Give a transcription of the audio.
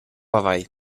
avall